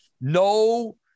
no